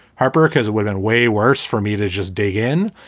heartbreak as a women, way worse for me to just dig in.